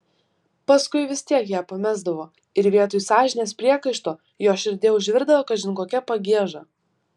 paskui vis tiek ją pamesdavo ir vietoj sąžinės priekaištų jo širdyje užvirdavo kažin kokia pagieža